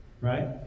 right